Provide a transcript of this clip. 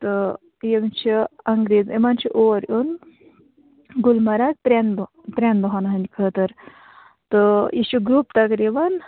تہِ یِم چھِ اَنٛگریز یِمن چھُ اور یُن گُلمَرگ ترٛیٚن دۅہَن ترٛیٚن دۅہَن ہِنٛدِ خٲطٕر تہِٕ یہِ چھُ گُرٛوپ تقریٖبن